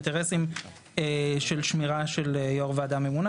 האינטרסים של שמירה של יו"ר ועדה ממונה